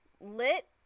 lit